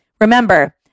Remember